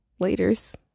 laters